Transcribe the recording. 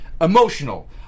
emotional